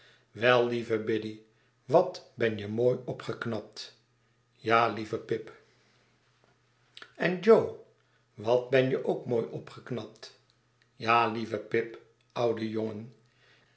wei lieve biddy wat ben jemooiopgeknapt ja lieve pip en jo wat ben je ook mooi opgeknapt ja lieve pip oude jongen